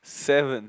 seven